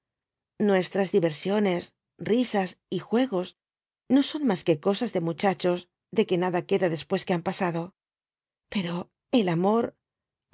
nuestras diversiones risas y juegos no son mas que cosas de muchachos de que nada queda después que han pasado pero el amor